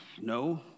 No